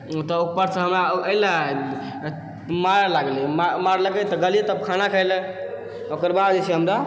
तऽ उपरसँँ हमरा एलै मारऽ लागलै मारलकै तऽ गेलियै तब खाना खाय लअ ओकर बाद जे छै हमरा